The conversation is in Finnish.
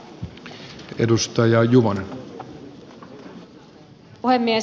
arvoisa herra puhemies